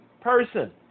person